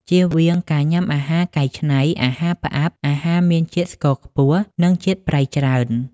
ជៀសវាងការញាំអាហារកែច្នៃ អាហារផ្អាប់ អាហារមានជាតិស្ករខ្ពស់ និងជាតិប្រៃច្រើន ។